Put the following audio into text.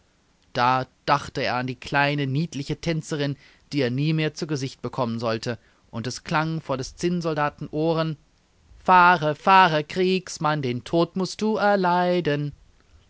da dachte er an die kleine niedliche tänzerin die er nie mehr zu gesicht bekommen sollte und es klang vor des zinnsoldaten ohren fahre fahre kriegsmann den tod mußt du erleiden